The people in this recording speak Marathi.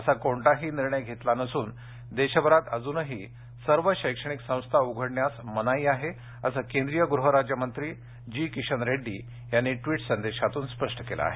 असा कोणताही निर्णय घेतला नसून देशभरात अजूनही सर्व शैक्षणिक संस्था उघडण्यास मनाई आहे असं केंद्रीय गृह राज्य मंत्री जी किशन रेड्डी यांनी ट्वीट संदेशातून स्पष्ट केलं आहे